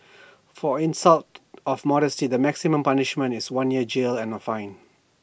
for insult of modesty the maximum punishment is one year's jail and A fine